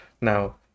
Now